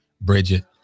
Bridget